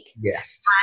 yes